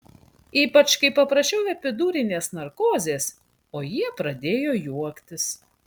ypač kai paprašiau epidurinės narkozės o jie pradėjo juoktis